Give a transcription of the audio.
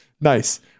nice